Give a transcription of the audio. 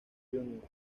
juniors